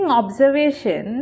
observation